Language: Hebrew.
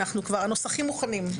הנוסחים מוכנים.